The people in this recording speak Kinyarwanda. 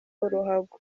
uruhago